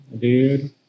dude